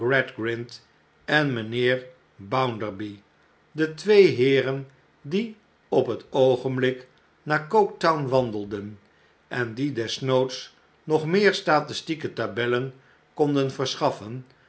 en mijnheer bounderby de twee heereh die op het oogenblik naar goketown wandelden en die desnoods nog meer statistieke tabellen konden verschaffen